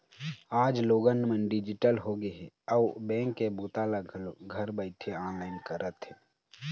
आज लोगन मन डिजिटल होगे हे अउ बेंक के बूता ल घलोक घर बइठे ऑनलाईन करत हे